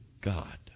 God